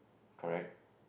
correct